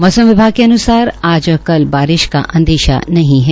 मौसम विभाग के अन्सार आज और कल बारिश का अंदेशा नहीं है